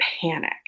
panic